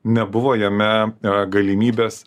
nebuvo jame a galimybės